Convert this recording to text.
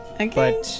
Okay